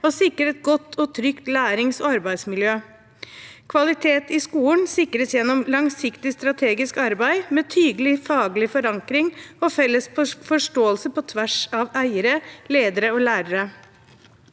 og sikre et godt og trygt lærings- og arbeidsmiljø. Kvalitet i skolen sikres gjennom langsiktig strategisk arbeid, med tydelig faglig forankring og felles forståelse på tvers av eiere, ledere og lærere.